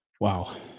Wow